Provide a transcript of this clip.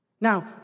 Now